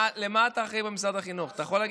למה אתה אחראי במשרד החינוך, אתה יכול להגיד?